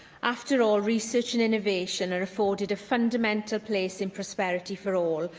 after all, research and innovation are afforded a fundamental place in prosperity for all,